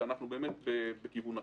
שאנחנו באמת בכיוון הנכון.